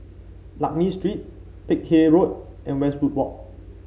Lakme Street Peck Hay Road and Westwood Walk